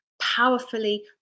powerfully